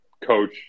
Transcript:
Coach